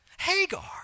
Hagar